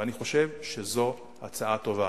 ואני חושב שזו הצעה טובה.